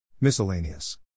Miscellaneous